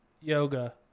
yoga